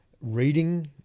reading